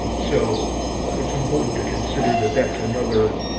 so it's important to consider that that's another